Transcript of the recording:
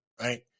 Right